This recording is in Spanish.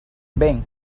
ven